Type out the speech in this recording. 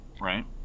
right